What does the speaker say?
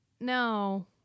no